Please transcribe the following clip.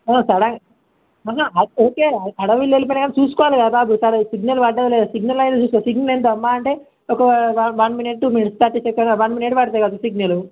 sudden okay హడావిడిలో వెళ్ళిపోయినా చూసుకోవాలి కదా సిగ్నల్ పడ లేదు సిగ్నల్ అయినా చూసుకో సిగ్నల్ ఏంటి అమ్మా అంటే ఒక one minute two minute stop చెప్పేనా వన్ మినిట్ పడుతుంది కదా సిగ్నలు